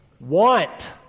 want